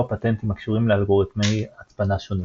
פטנטים הקשורים לאלגוריתמי הצפנה שונים.